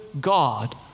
God